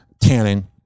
tanning